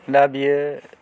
दा बियो